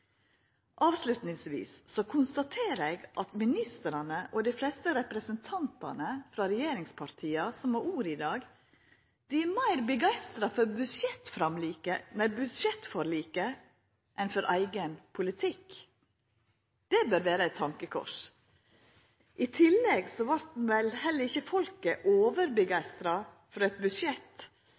Avslutningsvis konstaterer eg at ministrane og dei fleste representantane frå regjeringspartia som har ordet i dag, er meir begeistra for budsjettforliket enn for eigen politikk. Det bør vera eit tankekors. I tillegg vart vel heller ikkje folket overbegeistra for eit